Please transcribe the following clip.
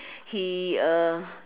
he uh